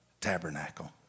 tabernacle